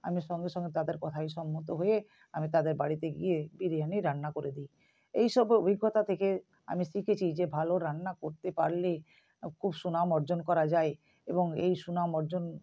আমি সঙ্গে সঙ্গে তাদের কথায় সম্মত হয়ে আমি তাদের বাড়িতে গিয়ে বিরিয়ানি রান্না করে দিই এইসব অভিজ্ঞতা থেকে আমি শিখেছি যে ভালো রান্না করতে পারলে খুব সুনাম অর্জন করা যায় এবং এই সুনাম অর্জন